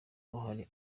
uruhare